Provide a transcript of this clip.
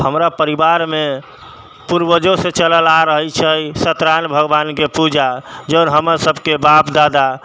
हमरा परिवारमे पूर्वजोसँ चलल आ रहल छै सत्य नारायण भगवानके पूजा जौन हमर सभके बाप दादा